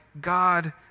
God